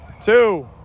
Two